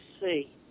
see